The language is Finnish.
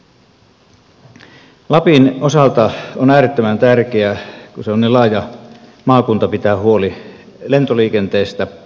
lapin osalta on äärettömän tärkeää kun se on niin laaja maakunta pitää huoli lentoliikenteestä